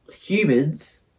humans